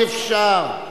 אי-אפשר,